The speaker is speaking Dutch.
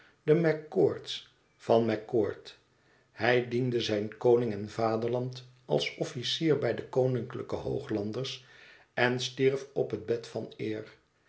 de mac coort's van mac coort hij diende zijn koning en vaderland als officier bij de koninklijke hooglanders en stierf op het bed van eer